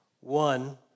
One